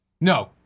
No